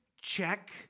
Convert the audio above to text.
Check